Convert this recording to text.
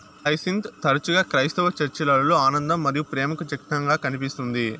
hyacinth తరచుగా క్రైస్తవ చర్చిలలో ఆనందం మరియు ప్రేమకు చిహ్నంగా కనిపిస్తుంది